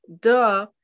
duh